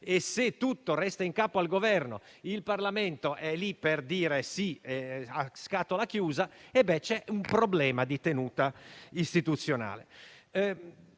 è, se tutto resta in capo al Governo e se il Parlamento è lì solo per dire sì a scatola chiusa, si pone un problema di tenuta istituzionale.